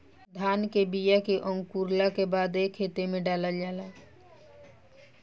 धान के बिया के अंकुरला के बादे खेत में डालल जाला